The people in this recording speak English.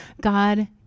God